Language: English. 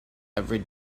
every